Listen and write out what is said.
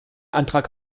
antrag